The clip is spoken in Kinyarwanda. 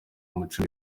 imico